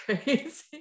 crazy